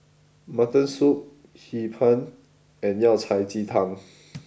Mutton Soup Hee Pan and Yao Cai Ji Tang